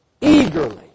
eagerly